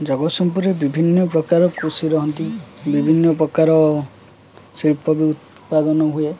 ଜଗତସିଂହପୁରରେ ବିଭିନ୍ନ ପ୍ରକାର କୃଷି ରହନ୍ତି ବିଭିନ୍ନ ପ୍ରକାର ଶିଳ୍ପ ବି ଉତ୍ପାଦନ ହୁଏ